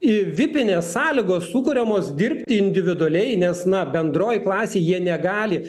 vipinės sąlygos sukuriamos dirbti individualiai nes na bendroj klasėj jie negali